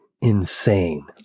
insane